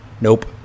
Nope